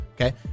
Okay